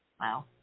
Wow